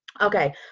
Okay